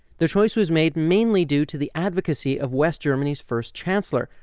the choice was made mainly due to the advocacy of west germany's first chancellor,